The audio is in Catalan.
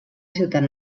ciutat